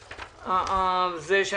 בשנה הבאה, מן הסתם --- מירי, בסדר.